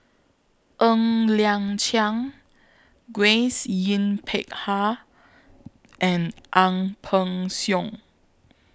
Ng Liang Chiang Grace Yin Peck Ha and Ang Peng Siong